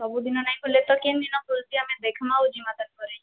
ସବୁଦିନ ନାଇଁ ଖୁଲେ ତ କେନ୍ ଦିନ ଖୁଲ୍ସି ଆମେ ଦେଖ୍ମା ଆଉ ଯିମା ତା'ର୍ପରେ